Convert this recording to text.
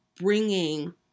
bringing